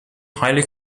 highly